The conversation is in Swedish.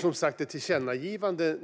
Som sagt: